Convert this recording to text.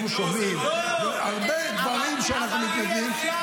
אנחנו שומעים הרבה דברים שאנחנו מתנגדים להם.